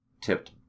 tipped